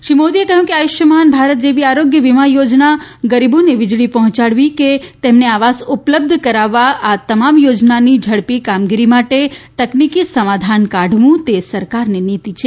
શ્રી મોદીએ કહ્યું કે આયુષ્યમાન ભારત જેવી આરોગ્ય વીમા યોજના ગરીબો વીજળી પહોંચાડવી કે તેમને આવાસ ઉપલબ્ધ કરવવા આ તમામ યોજનાની ઝડપી કામગીરી માટે તકનીકી સમાધાન કાઢવું તે સરકારની નીતી છે